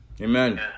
Amen